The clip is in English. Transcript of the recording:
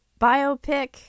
biopic